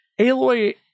Aloy